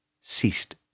ceased